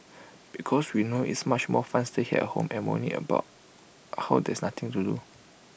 because we know it's much more fun staying at home and moaning about how there's nothing to do